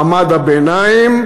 מעמד הביניים,